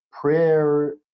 Prayer